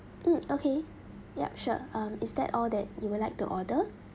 mm okay yup sure um is that all that you would like to order